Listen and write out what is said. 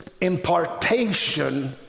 impartation